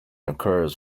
occurs